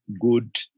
good